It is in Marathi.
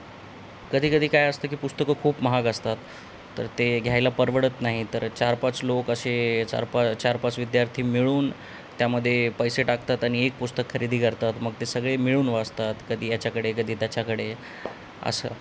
कधीकधी काय असतं की पुस्तकं खूप महाग असतात तर ते घ्यायला परवडत नाही तर चारपाच लोक असे चार पा चारपाच विद्यार्थी मिळून त्यामध्ये पैसे टाकतात आणि एक पुस्तक खरेदी करतात मग ते सगळे मिळून वाचतात कधी याच्याकडे कधी त्याच्याकडे असं